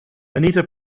anita